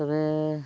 ᱛᱚᱵᱮ